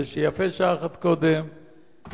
ויפה שעה אחת קודם,